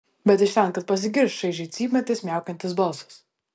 bet iš ten kad pasigirs šaižiai cypiantis miaukiantis balsas